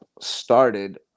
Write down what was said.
started